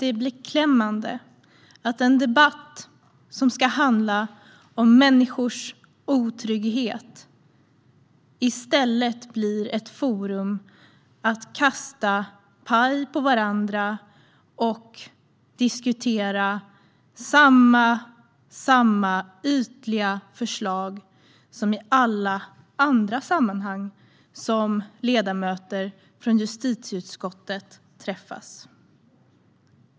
Det är beklämmande att en debatt som ska handla om människors otrygghet i stället blir ett forum för att kasta paj på varandra och diskutera samma ytliga förslag som i alla andra sammanhang där ledamöter från justitieutskottet träffas.